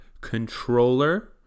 controller